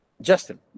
Justin